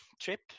trip